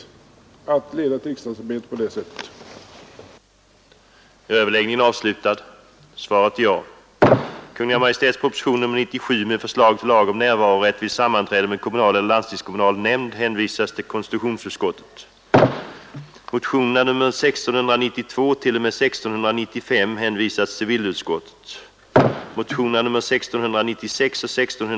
Jag anser inte att riksdagsarbetet skall ledas på det sättet.